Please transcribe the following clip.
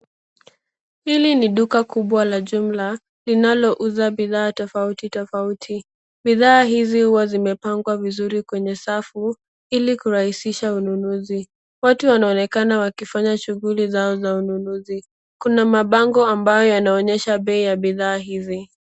Hili ni duka kubwa la jumla linalouza bidhaa tofauti tofauti. Bidhaa hizi huwa zimepangwa vizuri kwenye safu, ili kurahisisha ununuzi. Watu wanaonekana wakifanya shughuli zao za ununuzi. Kuna mabango ambayo yanaonyesha bei ya bidhaa hizi.